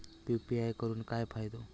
UPI करून काय फायदो?